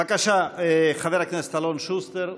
בבקשה, חבר הכנסת אלון שוסטר.